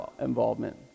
involvement